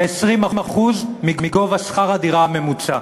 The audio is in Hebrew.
שזה 20% מגובה שכר הדירה הממוצע,